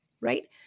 right